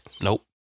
Nope